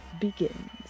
begins